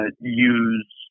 use